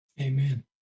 Amen